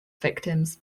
victims